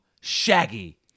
Shaggy